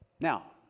Now